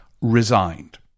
Resigned